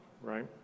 right